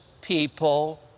people